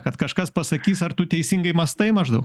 kad kažkas pasakys ar tu teisingai mąstai maždaug